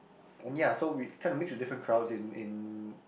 and ya so we kinda mix with different crowds in in